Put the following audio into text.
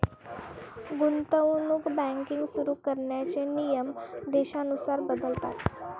गुंतवणूक बँकिंग सुरु करण्याचे नियम देशानुसार बदलतात